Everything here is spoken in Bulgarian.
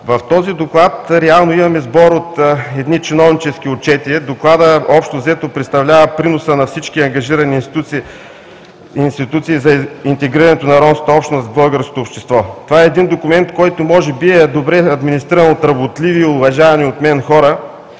В този Доклад реално имаме сбор от едни чиновнически отчети. Докладът общо взето представлява приноса на всички ангажирани институции за интегрирането на ромската общност в българското общество. Това е един документ, който може би е добре администриран от работливи и уважавани от мен хора,